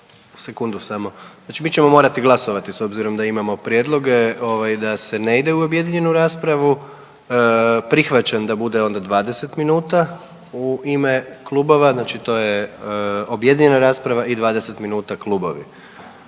mi ćemo morati glasovati s obzirom da imamo prijedloge ovaj da se ne ide u objedinjenu raspravu. Prihvaćam da bude onda 20 minuta u ime klubova, znači to je objedinjena rasprava i 20 minuta klubovi,